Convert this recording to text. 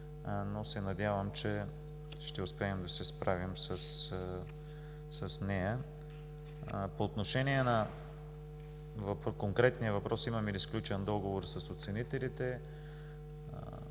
но се надявам, че ще успеем да се справим с нея. По отношение на конкретния въпрос – имаме ли сключен договор с оценителите?